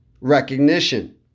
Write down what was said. recognition